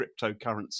cryptocurrency